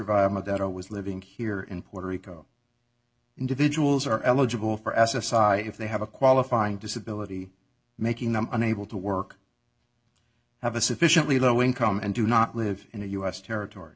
valma that i was living here in puerto rico individuals are eligible for s s i if they have a qualifying disability making them unable to work have a sufficiently low income and do not live in a us territory